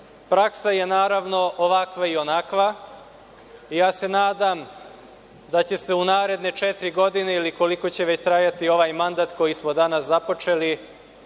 je naravno, ovakva ili onakva. Ja se nadam da će se u naredne četiri godine, ili koliko će već trajati ovaj mandat koji smo danas započeli,